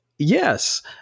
Yes